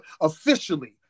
officially